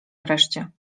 wreszcie